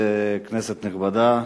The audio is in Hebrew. כנסת נכבדה,